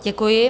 Děkuji.